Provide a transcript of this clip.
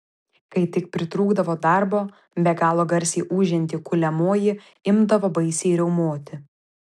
kai tik pritrūkdavo darbo be galo garsiai ūžianti kuliamoji imdavo baisiai riaumoti